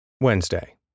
Wednesday